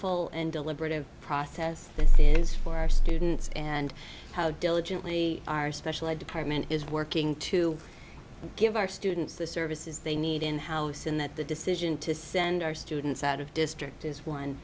thoughtful and deliberative process this is for our students and how diligently our special ed department is working to give our students the services they need in house in that the decision to send our students out of district is one